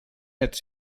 ets